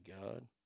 God